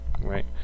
right